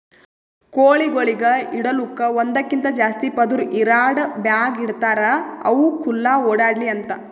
ಕೋಳಿಗೊಳಿಗ್ ಇಡಲುಕ್ ಒಂದಕ್ಕಿಂತ ಜಾಸ್ತಿ ಪದುರ್ ಇರಾ ಡಬ್ಯಾಗ್ ಇಡ್ತಾರ್ ಅವು ಖುಲ್ಲಾ ಓಡ್ಯಾಡ್ಲಿ ಅಂತ